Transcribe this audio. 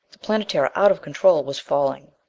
the planetara, out of control, was falling!